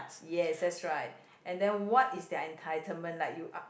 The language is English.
yes that's right and then what is their entitlement like you uh